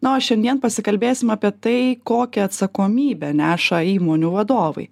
na o šiandien pasikalbėsim apie tai kokią atsakomybę neša įmonių vadovai